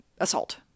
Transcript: assault